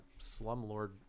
slumlord